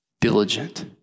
diligent